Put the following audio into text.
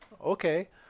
Okay